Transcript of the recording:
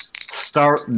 start